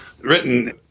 written